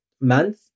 month